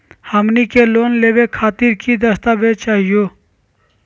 हमनी के लोन लेवे खातीर की की दस्तावेज चाहीयो?